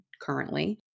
currently